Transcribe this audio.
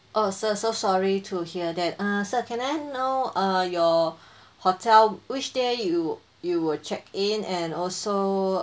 oh sir so sorry to hear that err sir can I know err your hotel which day you you were checked in and also